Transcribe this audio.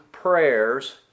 Prayers